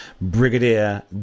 Brigadier